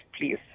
Please